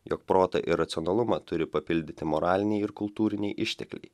jog protą ir racionalumą turi papildyti moraliniai ir kultūriniai ištekliai